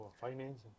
finance